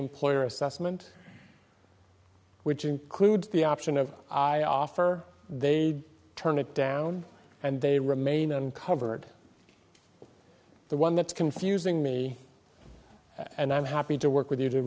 employer assessment which includes the option of i offer they turn it down and they remain uncovered the one that's confusing me and i'm happy to work with you to